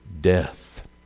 death